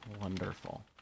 Wonderful